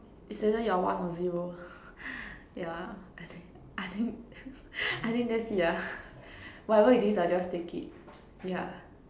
it's either you're one or zero yeah I think I think I think that's it lah whatever it is I'll just take it yeah